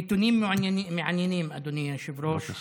נתונים מעניינים, אדוני היושב-ראש.